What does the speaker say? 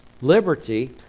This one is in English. Liberty